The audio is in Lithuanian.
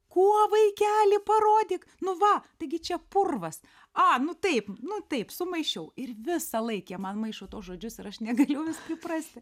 kuo vaikeli parodyk nu va taigi čia purvas a nu taip nu taip sumaišiau ir visą laiką jie man maišo tuos žodžius ir aš negaliu vis priprasti